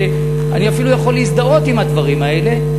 שאני אפילו יכול להזדהות עם הדברים האלה,